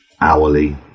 hourly